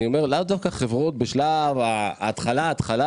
אני אומר לאו דווקא חברות בשלב ההתחלה ההתחלה